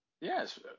yes